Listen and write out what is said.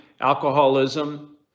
alcoholism